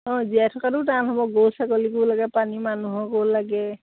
অঁ জীয়াই থকাটো টান হ'ব গৰু ছাগলীকো পানী মানুহকো লাগে